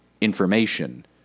information